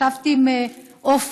ישבתי עם עופרה,